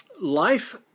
Life